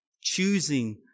choosing